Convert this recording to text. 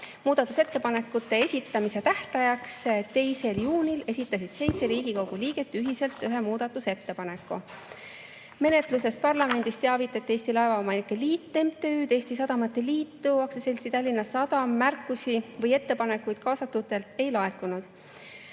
muudatusettepanekute esitamise tähtajaks, 2. juuniks esitasid seitse Riigikogu liiget ühiselt ühe muudatusettepaneku. Menetlusest parlamendis teavitati Eesti Laevaomanike Liit MTÜ-d, Eesti Sadamate Liitu ja AS-i Tallinna Sadam. Märkusi või ettepanekuid kaasatutelt ei laekunud.